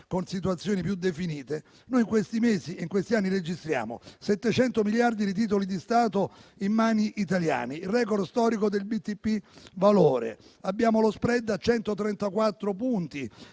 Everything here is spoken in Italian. con situazioni più definite, che noi questi mesi e in questi anni registriamo: 700 miliardi di titoli di Stato in mani italiane; un *record* storico del BTP Valore; abbiamo lo *spread* a 134 punti,